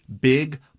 big